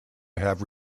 have